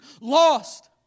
lost